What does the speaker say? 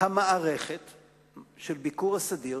המערכת של הביקור הסדיר